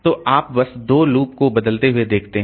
तो आप बस 2 लूप को बदलते हुए देखते हैं